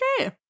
Okay